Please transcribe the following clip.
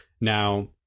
now